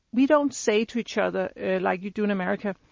we don't say to each other like you do in america,